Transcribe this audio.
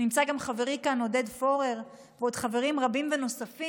ונמצאים כאן גם חברי עודד פורר ועוד חברים רבים ונוספים,